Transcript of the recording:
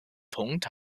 punkt